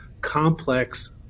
complex